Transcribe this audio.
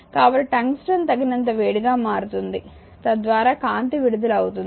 కాబట్టి టంగ్స్టన్ తగినంత వేడిగా మారుతుంది తద్వారా కాంతి విడుదల అవుతుంది